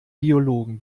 biologen